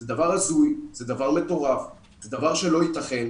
זה דבר הזוי, זה דבר מטורף, זה דבר שלא יתכן.